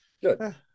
good